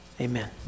Amen